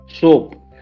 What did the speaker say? soap